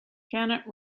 janet